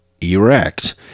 erect